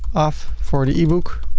off for the e-book,